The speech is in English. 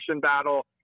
battle